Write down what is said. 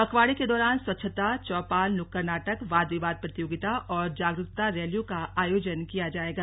पखवाड़े के दौरान स्वच्छता चौपाल नुक्कड़ नाटक वाद विवाद प्रतियोगिता और जागरूकता रैलियों का आयोजन किया जाएगा